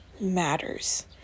matters